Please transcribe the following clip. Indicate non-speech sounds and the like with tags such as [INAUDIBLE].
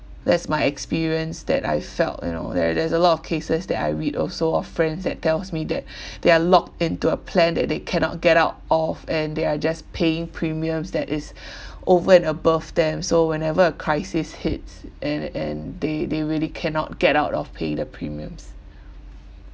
that's my experience that I felt you know there~ there's a lot of cases that I read also of friends that tells me that [BREATH] they are locked into a plan that they cannot get out of and they are just paying premiums that is [BREATH] over and above them so whenever a crisis hits and and they they really cannot get out of paying the premiums [BREATH]